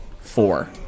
four